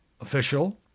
official